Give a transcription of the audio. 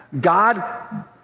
God